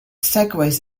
segues